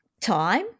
time